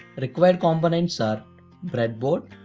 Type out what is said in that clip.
required components are breadboard,